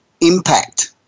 impact